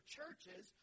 churches